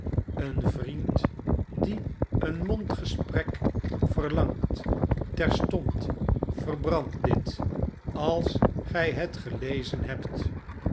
een vriend die een mondgesprek verlangt terstond verbrand dit als gij het gelezen hebt